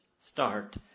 start